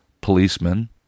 Policemen